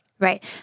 Right